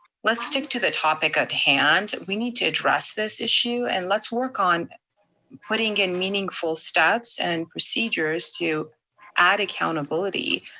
let's stick to the topic at hand. we need to address this issue, and let's work on putting in meaningful steps and procedures to add accountability